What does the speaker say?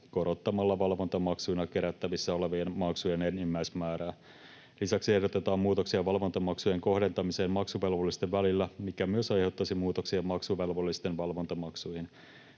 korottamalla valvontamaksuina kerättävissä olevien maksujen enimmäismäärää. Lisäksi ehdotetaan muutoksia valvontamaksujen kohdentamiseen maksuvelvollisten välillä, mikä myös aiheuttaisi muutoksia maksuvelvollisten valvontamaksuihin.